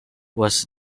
was